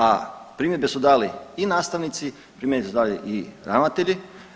A primjedbe su dali i nastavnici, primjedbe su dali i ravnatelji.